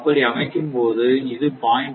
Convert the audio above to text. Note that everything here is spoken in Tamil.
அப்படி அமைக்கும் போது இது 0